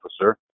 Officer